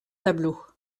tableau